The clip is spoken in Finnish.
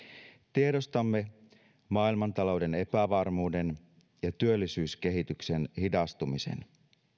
tiedostamme maailmantalouden epävarmuuden ja työllisyyskehityksen hidastumisen